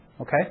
Okay